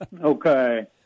Okay